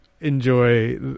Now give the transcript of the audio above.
enjoy